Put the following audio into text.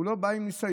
הוא לא בא עם ניסיון,